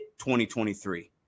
2023